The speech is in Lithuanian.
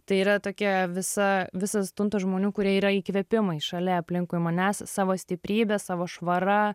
tai yra tokia visa visas tuntas žmonių kurie yra įkvėpimai šalia aplinkui manęs savo stiprybe savo švara